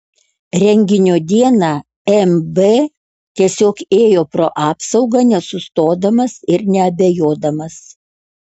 renginio dieną mb tiesiog ėjo pro apsaugą nesustodamas ir neabejodamas